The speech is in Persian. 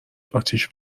اتیش